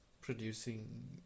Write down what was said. producing